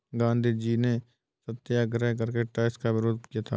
गांधीजी ने सत्याग्रह करके टैक्स का विरोध किया था